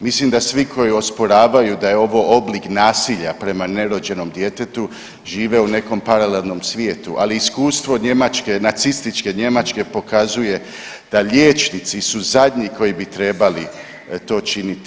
Mislim da svi koji osporavaju da je ovo oblik nasilja prema nerođenom djetetu žive u nekom paralelnom svijetu, ali iskustvo Njemačke, nacističke Njemačke pokazuje da liječnici su zadnji koji bi trebali to činiti.